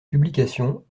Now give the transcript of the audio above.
publications